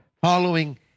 following